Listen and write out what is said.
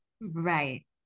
Right